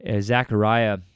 Zechariah